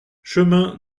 chemin